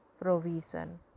provision